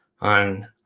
on